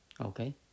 okay